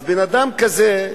אז בן-אדם כזה,